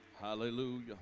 Hallelujah